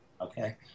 Okay